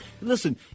listen